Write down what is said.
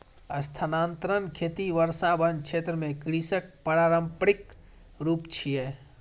स्थानांतरण खेती वर्षावन क्षेत्र मे कृषिक पारंपरिक रूप छियै